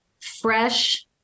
fresh